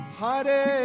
Hare